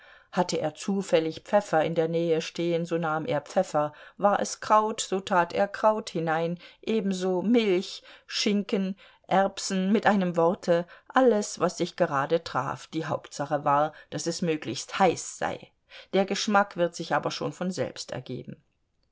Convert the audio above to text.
hatte er zufällig pfeffer in der nähe stehen so nahm er pfeffer war es kraut so tat er kraut hinein ebenso milch schinken erbsen mit einem worte alles was sich gerade traf die hauptsache war daß es möglichst heiß sei der geschmack wird sich aber schon von selbst ergeben